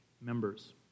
members